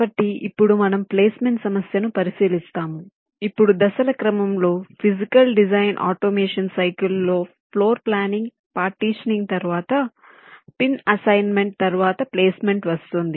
కాబట్టి ఇప్పుడు మనము ప్లేస్మెంట్ సమస్యను పరిశీలిస్తాము ఇప్పుడు దశల క్రమంలో ఫీజికల్ డిజైన్ ఆటోమేషన్ సైకిల్ లో ఫ్లోర్ ప్లానింగ్ పార్టీషనింగ్ తరువాత పిన్ అసైన్మెంట్ తరువాత ప్లేస్మెంట్ వస్తుంది